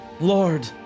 lord